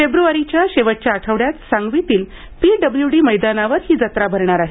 फेब्रुवारीच्या शेवटच्या आठवड्यात सांगवीतील पीडब्लूडी मैदानावर ही जत्रा भरणार आहे